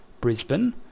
Brisbane